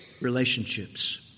relationships